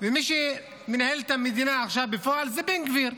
ומי שמנהל את המדינה עכשיו בפועל זה בן גביר.